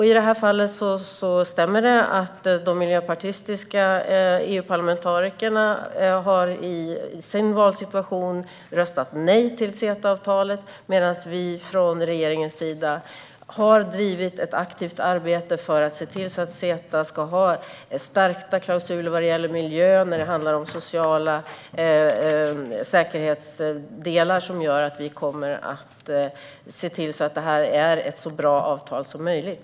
I det här fallet stämmer det att de miljöpartistiska EU-parlamentarikerna har röstat nej till CETA-avtalet medan vi från regeringen har drivit ett aktivt arbete för att se till att det i CETA ska ingå stärkta klausuler när det gäller miljö, när det handlar om sociala säkerhetsdelar som gör att vi kommer att se till att det här blir ett så bra avtal som möjligt.